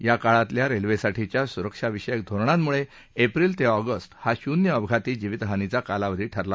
या काळातल्या रेल्वेसाठीच्या सुरक्षाविषक धोरणांमुळे एप्रिल ते ऑगस्ट हा शून्य अपघाती जीवितहानीचा कालावधी ठरला